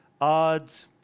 Odds